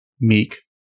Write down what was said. meek